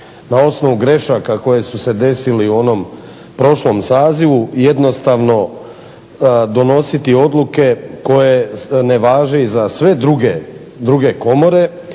na osnovu grešaka koje su se desile i u onom prošlom sazivu, jednostavno donositi odluke koje ne važe za sve druge komore